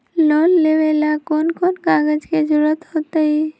Loan लेवेला कौन कौन कागज के जरूरत होतई?